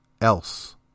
else